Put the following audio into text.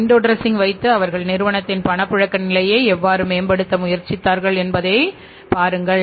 window ட்ரெஸ்ஸிங்ன் வைத்துஅவர்கள் நிறுவனத்தின் பணப்புழக்க நிலையை எவ்வாறுமேம்படுத்த முயற்சித்தார்கள் என்பதைப் பாருங்கள்